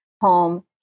home